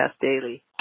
daily